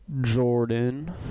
Jordan